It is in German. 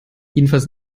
jedenfalls